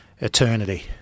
eternity